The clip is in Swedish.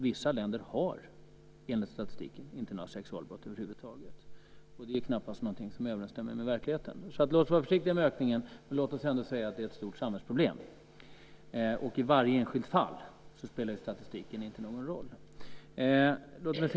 Vissa länder har enligt statistiken inga sexualbrott över huvud taget, vilket knappast är något som överensstämmer med verkligheten. Låt oss alltså vara försiktiga när det gäller ökningen, men låt oss ändå säga att detta är ett stort samhällsproblem! I varje enskilt fall spelar ju statistiken ingen roll.